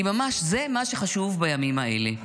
כי ממש זה מה שחשוב בימים האלה,